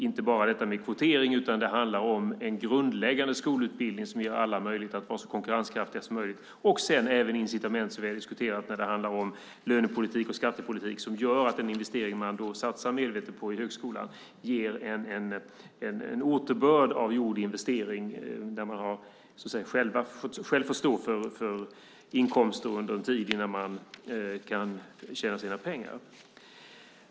Det handlar inte bara om kvotering utan om en grundläggande skolutbildning som ger alla möjlighet att bli så konkurrenskraftiga som möjligt och incitament när det handlar om lönepolitik och skattepolitik som gör att den investering man medvetet gör i högskolan återbördar gjord investering. Man har själv fått stå för inkomster under en tid innan man kan tjäna sina pengar.